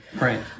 Right